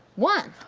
one.